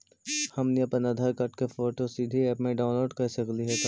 हमनी अप्पन आधार कार्ड के फोटो सीधे ऐप में अपलोड कर सकली हे का?